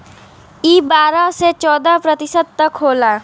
ई बारह से चौदह प्रतिशत तक होला